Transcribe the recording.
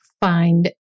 find